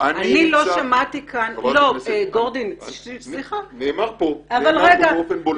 אני לא שמעתי כאן --- נאמר פה באופן ברור